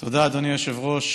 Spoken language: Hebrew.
תודה, אדוני היושב-ראש.